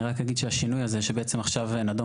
אני רק אגיד שהשינוי הזה שבעצם עכשיו נדון